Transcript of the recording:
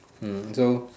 hmm so